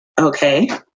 okay